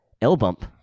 L-bump